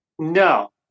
No